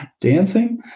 Dancing